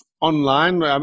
online